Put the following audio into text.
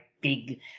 big